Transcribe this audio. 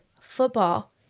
football